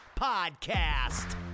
Podcast